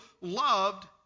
loved